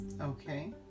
okay